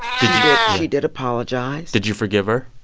she did she did apologize did you forgive her?